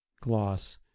Gloss